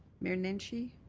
mayor nenshi